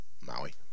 Maui